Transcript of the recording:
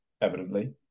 evidently